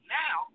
now